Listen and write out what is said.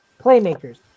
playmakers